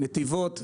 בנתיבות,